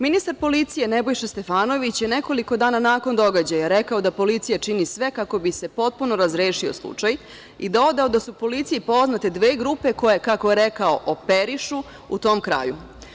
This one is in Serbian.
Ministar policije, Nebojša Stefanović, je nekoliko dana nakon događaja rekao da policija čini sve kako bi se potpuno razrešio slučaju i dodao da su policiji poznate dve grupe koje, kako je rekao, operišu u tom kraju.